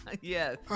Yes